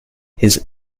his